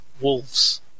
wolves